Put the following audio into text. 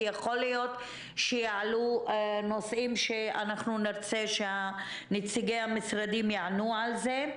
כי יכול להיות שיעלו נושאים שנרצה שנציגי המשרדים יענו עליהן.